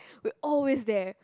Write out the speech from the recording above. we always there